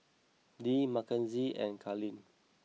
Dee Makenzie and Kalyn